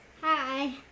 Hi